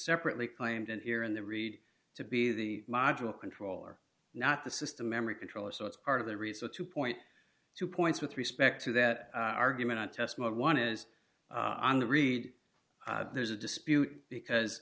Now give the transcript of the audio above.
separately claimed in here in the read to be the module controller not the system memory controller so it's part of the resort to point to points with respect to that argument on test mode one is on the read there's a dispute because